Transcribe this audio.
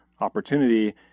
opportunity